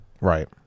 Right